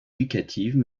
éducatives